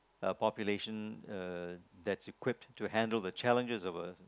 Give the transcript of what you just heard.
a population uh that's equipped to handle the challenges of a